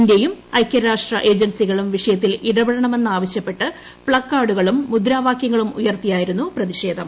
ഇന്ത്യയും ഐക്യരാഷ്ട്ര ഏജൻസികളും വിഷയത്തിൽ ഇടപെടണമെന്നാവശ്യപ്പെട്ട് പ്ലക്കാർഡുകളും മുദ്രാവാകൃങ്ങളും ഉയർത്തിയായിരുന്നു പ്രതിഷേധം